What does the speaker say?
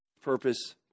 purpose